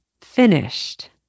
finished